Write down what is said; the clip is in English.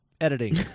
Editing